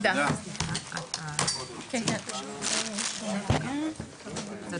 הישיבה ננעלה בשעה 10:56.